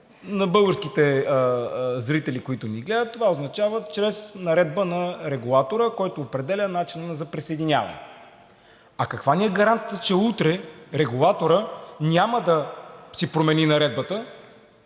За българските зрители, които ни гледат, това означава чрез наредба на Регулатора, който определя начина за присъединяване. А каква ни е гаранцията, че утре Регулаторът (председателят